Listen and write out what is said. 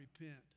repent